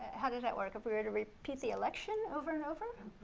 how does that work? if we we and repeat the election over and over?